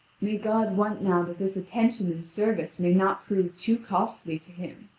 may god want now that this attention and service may not prove too costly to him!